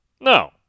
No